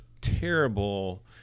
terrible